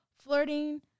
flirting